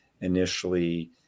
initially